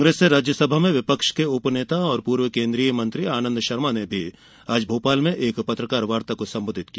कांग्रेस से राज्यसभा में विपक्ष के उपनेता और पूर्व केंद्रीय मंत्री आनन्द शर्मा ने भी आज भोपाल में एक पत्रकारवार्ता को संबोधित किया